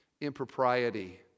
impropriety